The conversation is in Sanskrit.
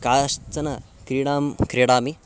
काश्चन क्रीडां क्रीडामि